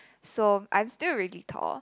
so I'm still really tall